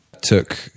took